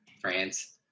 France